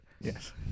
Yes